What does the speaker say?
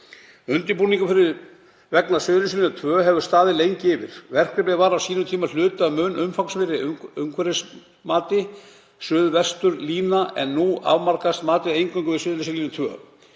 Undirbúningur vegna Suðurnesjalínu 2 hefur staðið lengi yfir. Verkefnið var á sínum tíma hluti af mun umfangsmeira umhverfismati Suðvesturlína, en nú afmarkast matið eingöngu við Suðurnesjalínu 2.